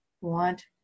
want